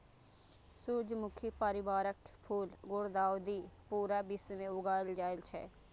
सूर्यमुखी परिवारक फूल गुलदाउदी पूरा विश्व मे उगायल जाए छै